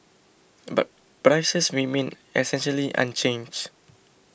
but prices remained essentially unchanged